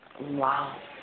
Wow